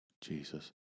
Jesus